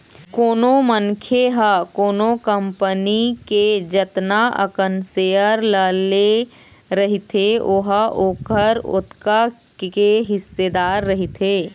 कोनो मनखे ह कोनो कंपनी के जतना अकन सेयर ल ले रहिथे ओहा ओखर ओतका के हिस्सेदार रहिथे